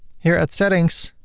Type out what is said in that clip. here at settings,